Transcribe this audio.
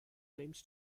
claims